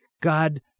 God